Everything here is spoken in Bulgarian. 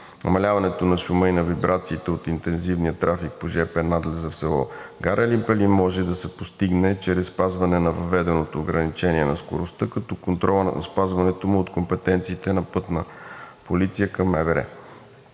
Намаляването на шума и вибрациите от интензивния трафик на жп надлеза в село Гара Елин Пелин може да се постигне чрез спазване на въведеното ограничение на скоростта, като контролът на спазването му е от компетенциите на Пътна полиция към МВР.